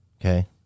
okay